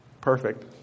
Perfect